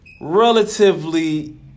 relatively